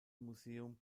museum